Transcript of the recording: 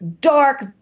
dark